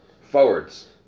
forwards